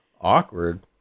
awkward